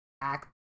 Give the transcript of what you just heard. act